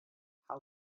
how